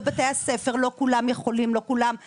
בבתי הספר לא כולם יכולים, לא כולם צריכים.